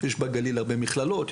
יש בגליל הרבה מכללות,